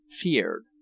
feared